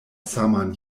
saman